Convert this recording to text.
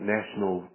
National